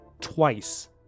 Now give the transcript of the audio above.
Twice